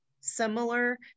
similar